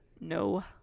no